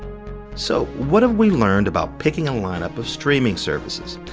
so what have we learned about picking a lineup of streaming services?